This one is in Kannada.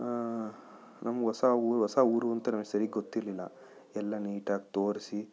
ನಮ್ಗೆ ಹೊಸ ಊರು ಹೊಸ ಊರು ಅಂತ ನಮಗೆ ಸರಿ ಗೂತ್ತಿರಲಿಲ್ಲ ಎಲ್ಲ ನೀಟಾಗಿ ತೋರಿಸಿ